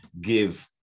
give